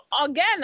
again